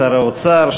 שר האוצר,